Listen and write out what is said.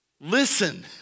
Listen